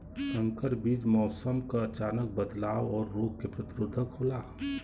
संकर बीज मौसम क अचानक बदलाव और रोग के प्रतिरोधक होला